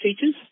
teachers